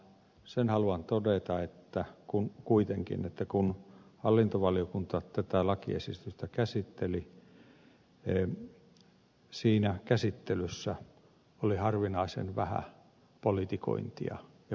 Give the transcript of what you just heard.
sen haluan todeta kuitenkin että kun hallintovaliokunta tätä lakiesitystä käsitteli siinä käsittelyssä oli harvinaisen vähän politikointia ja puoluepolitiikkaa